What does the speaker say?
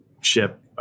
ship